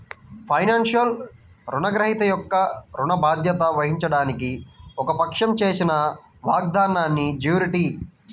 ఫైనాన్స్లో, రుణగ్రహీత యొక్క ఋణ బాధ్యత వహించడానికి ఒక పక్షం చేసిన వాగ్దానాన్నిజ్యూరిటీ